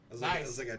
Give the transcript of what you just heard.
Nice